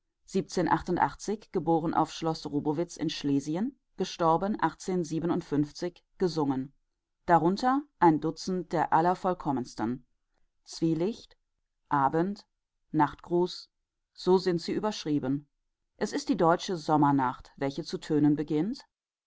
geboren auf schloß rubowitz in schlesien gesungen darunter ein dutzend der allervollkommensten zwielicht abend nachtgruß so sind sie überschrieben es ist die deutsche sommernacht welche zu tönen beginnt